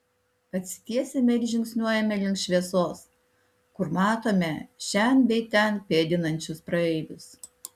atsitiesiame ir žingsniuojame link šviesos kur matome šen bei ten pėdinančius praeivius